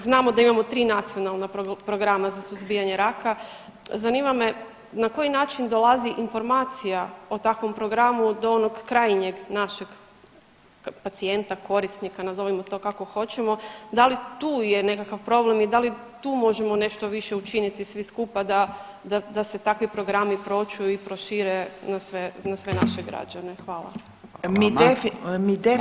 Znamo da imamo ti nacionalna programa za suzbijanje raka, zanima me na koji način dolazi informacija o takvom programu do onog krajnjeg našeg pacijenta, korisnika nazovimo to tako kako hoćemo, da li tu je nekakav problem i da li tu možemo nešto više učiniti svi skupa da se takvi programi pročuju i prošire na sve naše građane.